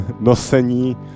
nosení